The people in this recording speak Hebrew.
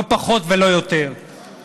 לא פחות ולא יותר,